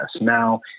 Now